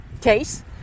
case